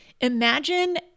imagine